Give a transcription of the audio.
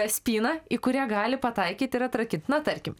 spyną į kurią gali pataikyt ir atrakint na tarkim